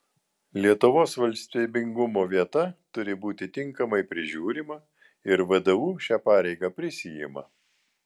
lietuvos valstybingumo vieta turi būti tinkamai prižiūrima ir vdu šią pareigą prisiima